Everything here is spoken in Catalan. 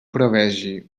prevegi